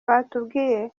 batubwiye